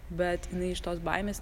bet jinai iš tos baimės